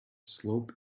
slope